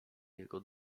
jego